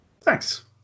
Thanks